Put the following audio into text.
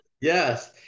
yes